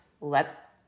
let